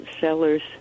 sellers